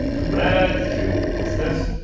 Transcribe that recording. to red to. what's this?